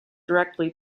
directly